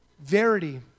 Verity